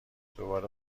دوباره